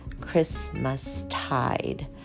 Christmastide